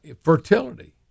fertility